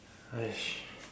!hais!